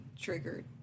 triggered